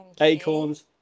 acorns